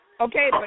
Okay